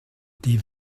die